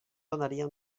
donaria